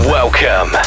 welcome